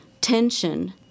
tension